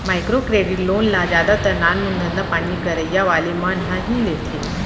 micro credit loan ल जादातर नानमून धंधापानी करइया वाले मन ह ही लेथे